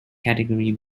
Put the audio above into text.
category